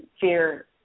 fear